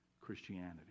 christianity